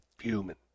human